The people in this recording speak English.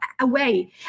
away